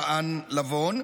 טען לבון,